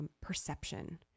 perception